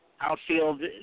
Outfield